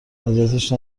اذیتش